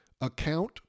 account